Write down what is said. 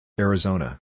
Arizona